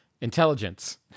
Intelligence